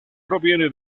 proviene